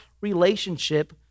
relationship